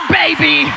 baby